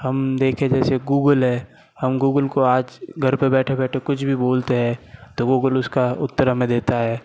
हम देखें जैसे गूगल है हम गूगल को आज घर पे बैठे बैठे कुछ भी बोलते है तो गूगल उसका उत्तर हमें देता है